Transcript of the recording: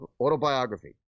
autobiography